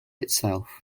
itself